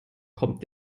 kommt